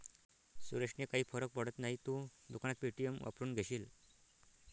सुरेशने काही फरक पडत नाही, तू दुकानात पे.टी.एम वापरून घेशील